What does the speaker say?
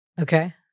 okay